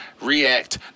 react